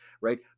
right